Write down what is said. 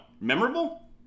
memorable